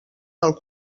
del